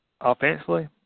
offensively